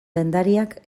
dendariak